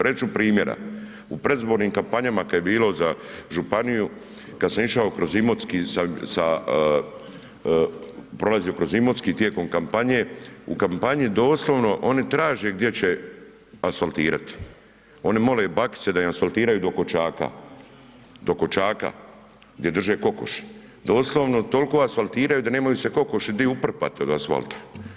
Reći ću primjera, u predizbornim kampanjama kad je bilo za županiju kad sam išao kroz Imotski sa, prolazio kroz Imotski tijekom kampanje, u kampanji doslovno oni traže gdje će asfaltirati, oni mole bakice da im asfaltiraju do koćaka, do koćaka gdje drže kokoši, doslovno toliko asfaltiraju da nemaju se kokoši gdje uprpat od asfalta.